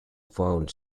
found